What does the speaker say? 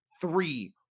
three